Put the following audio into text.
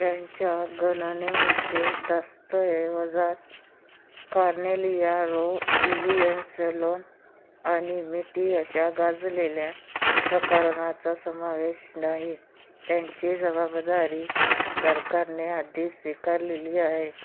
त्यांच्या गणनेमध्ये दस्तऐवजात कॉर्नेलिया रो विवियन सेलोन आणि मि टी अशा गाजलेल्या प्रकरणांचा समावेश नाही त्यांची जबाबदारी सरकारने आधीच स्वीकारलेली आहे